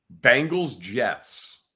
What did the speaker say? Bengals-Jets